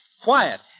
Quiet